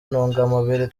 ntungamubiri